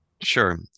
Sure